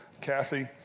Kathy